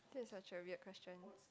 that's such a weird question